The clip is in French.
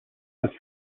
parce